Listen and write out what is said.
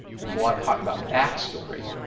there's a lot of talk about backstory.